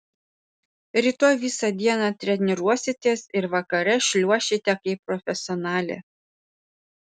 rytoj visą dieną treniruositės ir vakare šliuošite kaip profesionalė